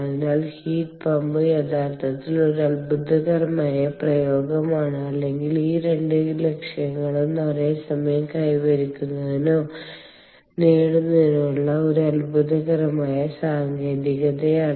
അതിനാൽ heat pump യഥാർത്ഥത്തിൽ ഒരു അത്ഭുതകരമായ പ്രയോഗമാണ് അല്ലെങ്കിൽ ഈ രണ്ട് ലക്ഷ്യങ്ങളും ഒരേസമയം കൈവരിക്കുന്നതിനോ നേടുന്നതിനോ ഉള്ള ഒരു അത്ഭുതകരമായ സാങ്കേതികതയാണ്